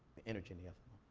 the energy in the ah